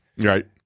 Right